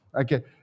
Okay